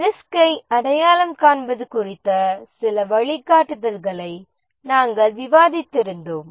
ரிஸ்க்கை அடையாளம் காண்பது குறித்த சில வழிகாட்டுதல்களை நாம் விவாதித்து இருந்தோம்